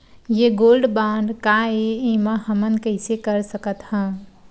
ये gold bond काय ए एमा हमन कइसे कर सकत हव?